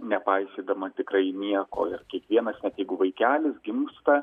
nepaisydama tikrai nieko ir kiekvienas net jeigu vaikelis gimsta